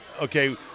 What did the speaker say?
Okay